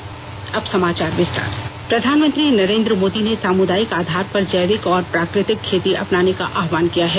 अब समाचार विस्तार से प्रधानमंत्री नरेन्द्र मोदी ने सामुदायिक आधार पर जैविक और प्राकृतिक खेती अपनाने का आहवान किया है